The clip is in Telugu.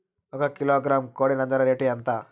ఒక కిలోగ్రాము కోడి నంజర రేటు ఎంత?